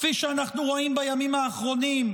כפי שאנחנו רואים בימים האחרונים,